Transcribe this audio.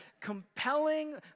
compelling